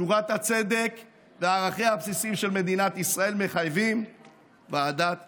שורת הצדק וערכיה הבסיסיים של מדינת ישראל מחייבים ועדת חקירה.